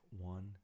one